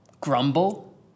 grumble